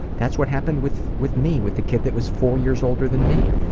that's what happened with with me, with the kid that was four years older than me.